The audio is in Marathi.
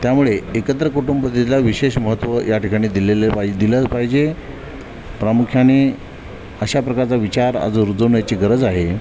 त्यामुळे एकत्र कुटुंबपद्धतीला विशेष महत्त्व याठिकाणी दिलेले पाहि दिलंच पाहिजे प्रामुख्याने अशा प्रकारचा विचार आज रुजवण्याची गरज आहे